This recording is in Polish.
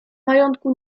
majątku